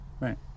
right